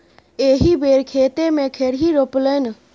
एहि बेर खेते मे खेरही रोपलनि